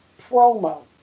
promo